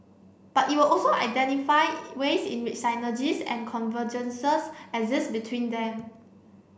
but it will also identify ways in synergies and convergences exist between them